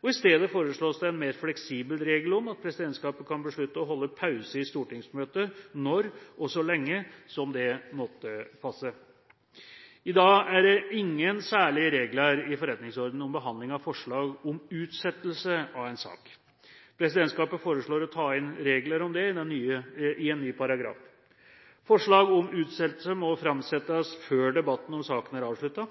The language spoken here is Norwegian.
I stedet foreslås en mer fleksibel regel om at presidentskapet kan beslutte å holde pause i stortingsmøtet når, og så lenge, det måtte passe. I dag er det ingen særlige regler i forretningsordenen om behandling av forslag om utsettelse av en sak. Presidentskapet foreslår å ta inn regler om det i en ny paragraf. Forslag om utsettelse må framsettes før debatten om saken er avsluttet,